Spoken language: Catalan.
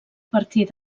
partir